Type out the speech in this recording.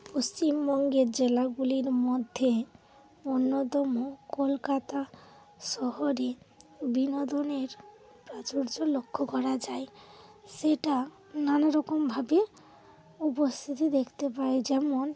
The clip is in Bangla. পশ্চিমবঙ্গের জেলাগুলির মধ্যে অন্যতম কলকাতা শহরে বিনোদনের প্রাচুর্য লক্ষ্য করা যায় সেটা নানা রকমভাবে উপস্থিতি দেখতে পাই যেমন